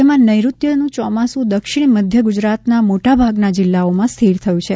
રાજ્યમાં નૈત્રત્ય ચોમાસું દક્ષિણ મધ્ય ગુજરાતના મોટાભાગના જિલ્લાઓમાં સ્થિર થયું છે